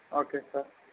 okay sir